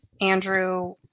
Andrew